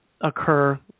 occur